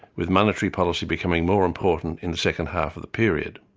with monetary policy becoming more important in the second half of the period.